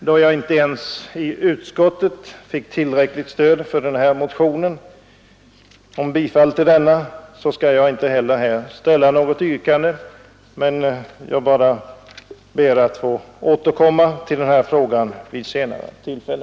Då jag inte ens i utskottet fick stöd för denna motion skall jag inte här ställa något yrkande. Jag ber att få återkomma till denna fråga vid ett senare tillfälle.